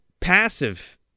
passive